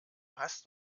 hast